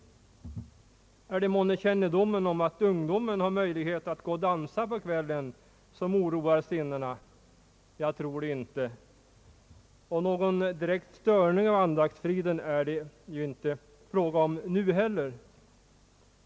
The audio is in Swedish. Är det månne kännedomen om att ungdomen har möjlighet att gå och dansa på kvällen som oroar sinnena? Jag tror det inte. Någon direkt störning av andaktsfriden är det nu inte fråga om heller.